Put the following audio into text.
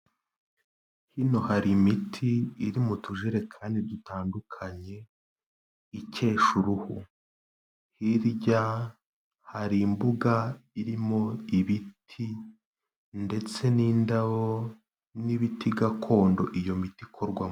Hino hari imiti iri mu tujerekani dutandukanye ikesha uruhu, hirya hari imbuga irimo ibiti ndetse n'indabo n'ibiti gakondo iyo miti ikorwamo.